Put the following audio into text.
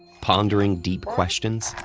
pondering deep questions?